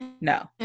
No